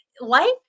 life